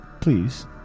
please